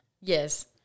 Yes